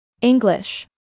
English